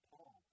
Paul